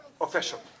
Official